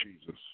Jesus